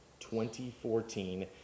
2014